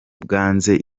bwanze